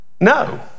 No